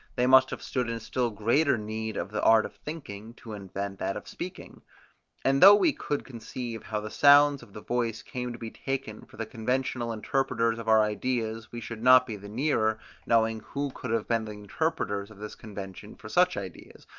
they must have stood in still greater need of the art of thinking to invent that of speaking and though we could conceive how the sounds of the voice came to be taken for the conventional interpreters of our ideas we should not be the nearer knowing who could have been the interpreters of this convention for such ideas,